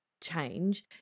change